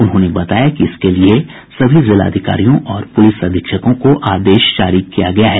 उन्होंने बताया कि इसके लिए सभी जिलाधिकारियों और पुलिस अधीक्षकों को आदेश जारी किया गया है